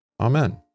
Amen